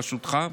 שבראשותך.